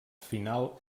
final